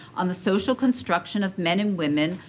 on the social construction of men and women,